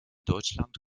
deutschland